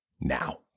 now